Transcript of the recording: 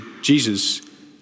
Jesus